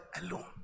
alone